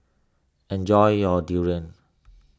enjoy your Durian